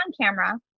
camera